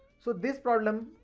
so, this problem,